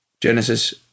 Genesis